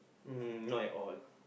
um not at all